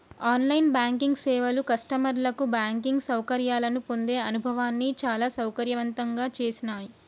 on line banking సేవలు కస్టమర్లకు banking సౌకర్యాలను పొందే అనుభవాన్ని చాలా సౌకర్యవంతంగా చేసినాయ్